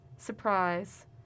surprise